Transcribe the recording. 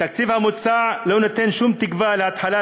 התקציב המוצע לא נותן שום תקווה להתחלת